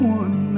one